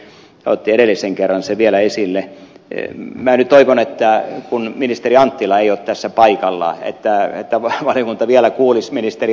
kalmari otti edellisen kerran sen vielä esille minä nyt toivon että kun ministeri anttila ei ole tässä paikalla valiokunta vielä kuulisi ministeri anttilaa